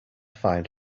find